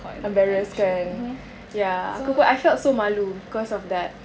embarrassed kan ya aku pun I felt so malu because of that